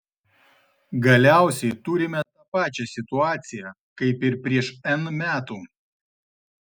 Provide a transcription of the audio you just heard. galiausiai turime tą pačią situaciją kaip ir prieš n metų